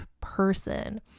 person